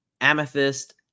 Amethyst